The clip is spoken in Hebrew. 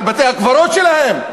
על בתי-הקברות שלהם.